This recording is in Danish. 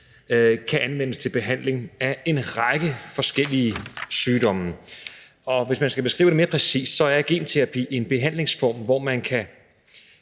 kan anvendes til behandling af en række forskellige sygdomme. Hvis man skal beskrive det mere præcist, er genterapi en behandlingsform, hvor man kan